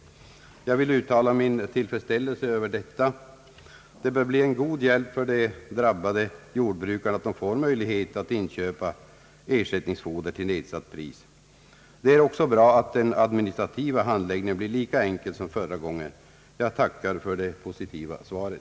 Jag vill uttala min tillfredsställelse över detta. Det bör bli en god hjälp för de drabbade jordbrukarna att de får en möjlighet att inköpa ersättningsfoder till nedsatt pris. Det är också bra att den administrativa handläggningen blir lika enkel som förra gången. Jag tackar för det positiva svaret.